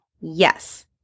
Yes